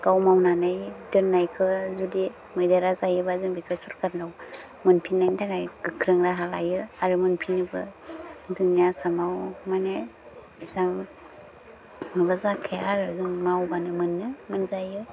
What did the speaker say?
गाव मावनानै दोन्नायखौ जुदि मैदेरा जायोबा जों बेखौ सरकारनाव मोनफिन्नायनि थाखाय गोख्रों राहा लायो आरो मोनफिनोबो जोंनि आसामाव माने जोहाबो माबा जाखाया आरो जों मावबानो मोनो मोनजायो